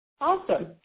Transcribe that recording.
Awesome